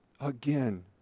Again